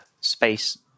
space